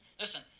Listen